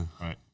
right